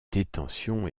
détention